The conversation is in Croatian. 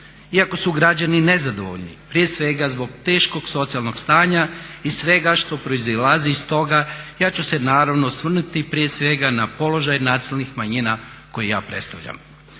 Iako su građani nezadovoljni prije svega zbog teškog socijalnog stanja i svega što proizlazi iz toga, ja ću se naravno osvrnuti prije svega na položaj nacionalnih manjina koji ja predstavljam.